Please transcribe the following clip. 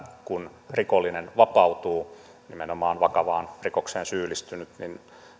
kun rikollinen vapautuu nimenomaan vakavaan rikokseen syyllistynyt niin